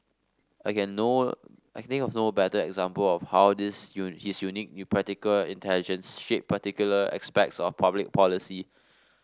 I can no I can think of no better example of how this you his unique you practical intelligence shaped particular aspects of public policy